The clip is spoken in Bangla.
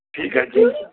ঠিক আছে